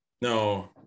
No